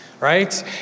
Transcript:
right